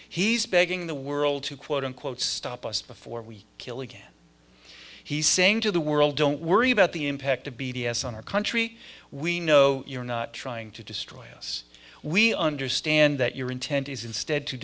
he's begging the world to quote unquote stop us before we kill again he's saying to the world don't worry about the impact of b d s on our country we know you're not trying to destroy us we understand that your intent is instead to